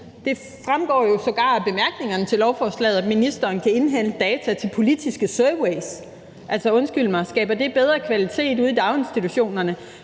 Det fremgår jo sågar af bemærkningerne til lovforslaget, at ministeren kan indhente data til politiske surveys. Altså, undskyld mig, skaber det bedre kvalitet ude i daginstitutionerne,